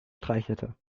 streichelte